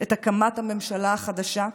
את הקמת הממשלה החדשה?